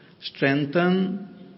Strengthen